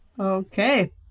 Okay